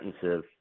sentence